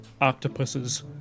octopuses